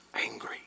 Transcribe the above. angry